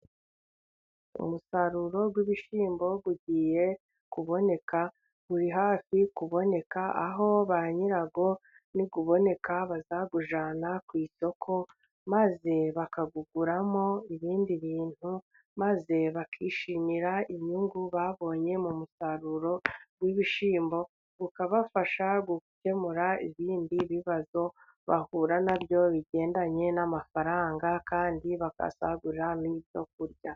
Umusaruro w'ibishyimbo ugiye kuboneka, urihafi kuboneka aho ba nyirawo, niguboneka bazawujyana ku isoko, maze bakawukuramo ibindi bintu, maze bakishimira inyungu babonye, mu musaruro w'ibishyimbo, ukabafasha gukemura ibindi bibazo bahura nabyo, bigendanye n'amafaranga kandi bakisagurira n'ibyo kurya.